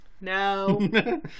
No